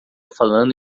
falando